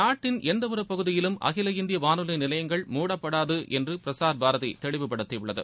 நாட்டின் எந்த ஒரு பகுதியிலும் அகில இந்திய வானொலி நிலையங்கள் மூடப்படாது என்று பிரஸார் பாரதி தெளிவுபடுத்தியுள்ளது